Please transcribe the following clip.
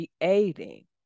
creating